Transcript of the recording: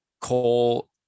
cole